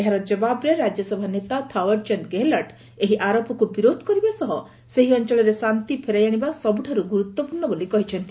ଏହାର ଜବାବରେ ରାଜ୍ୟସଭା ନେତା ଥାଓ୍ୱଡ ଚାନ୍ଦ ଗେହଲଟ ଏହି ଆରୋପକୁ ବିରୋଧ କରିବା ସହ ସେହି ଅଞ୍ଚଳରେ ଶାନ୍ତି ଫେରାଇ ଆଶିବା ସବୁଠାରୁ ଗୁରୁତ୍ୱପୂର୍ଣ୍ଣ ବୋଲି କହିଛନ୍ତି